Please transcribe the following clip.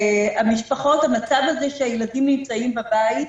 טיפולים רגשיים המצב הזה שהילדים נמצאים בבית,